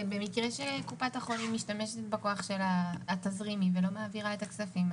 זה במקרה שקופת החולים משתמשת בכוח התזרימי שלה ולא מעבירה את הכספים,